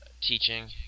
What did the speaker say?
Teaching